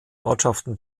ortschaften